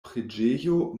preĝejo